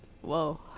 whoa